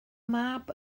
mab